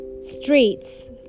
streets